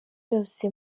yose